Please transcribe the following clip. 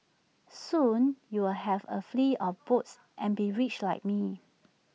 soon you are have A fleet of boats and be rich like me